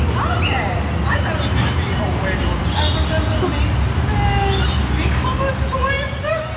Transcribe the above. okay! i thought it was gonna be ah way worse. i remember making this. become a twaimzer.